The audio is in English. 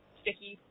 sticky